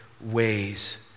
ways